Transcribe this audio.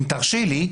אם תרשה לי,